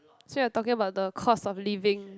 so you're talking about the cost of living